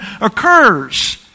occurs